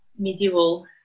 medieval